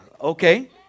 Okay